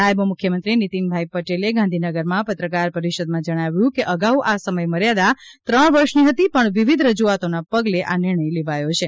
નાયબ મુખ્યમંત્રી શ્રી નિતીનભાઇ પટેલે ગાંધીનગરમાં પત્રકાર પરિષદમાં જણાવ્યું કે અગાઉ આ સમયમર્યાદા ત્રણ વર્ષની હતી પણ વિવિધ રજૂઆતોના પગલે આ નિર્ણય લેવાયો છે